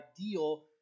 ideal